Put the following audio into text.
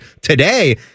today